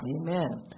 Amen